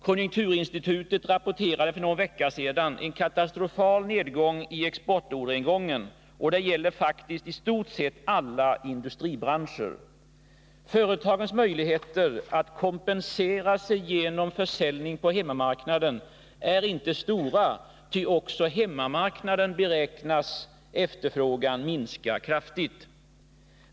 Konjunkturinstitutet rapporterade för någon vecka sedan en katastrofal nedgång i exportorderingången, och det gäller faktiskt i stort sett alla industribranscher. Företagens möjligheter att kompensera sig genom försäljning på hemmamarknaden är inte stora, ty också på hemmamarknaden beräknas efterfrågan minska kraftigt.